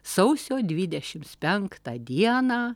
sausio dvidešims penktą dieną